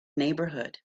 neighbourhood